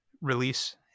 release